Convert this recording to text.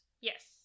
Yes